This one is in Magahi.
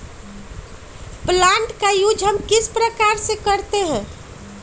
प्लांट का यूज हम किस प्रकार से करते हैं?